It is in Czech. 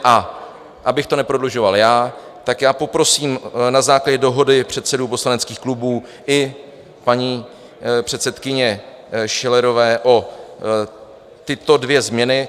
A abych to neprodlužoval já, poprosím na základě dohody předsedů poslaneckých klubů i paní předsedkyně Schillerové o tyto dvě změny.